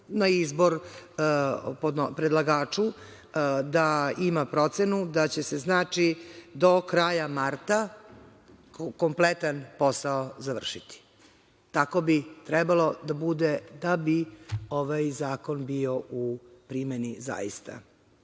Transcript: Na izbor predlagaču da ima procenu da će se, znači, do kraja marta kompletan posao završiti. Tako bi trebalo da bude da bi ovaj zakon bio u primeni zaista. Ja